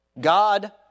God